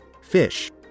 fish